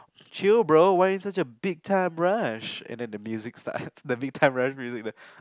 chill bro why are you such a Big-Time-Rush and then the music starts the Big-Time-Rush music starts